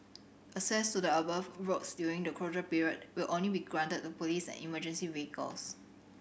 access to the above roads during the closure period will only be granted to police and emergency vehicles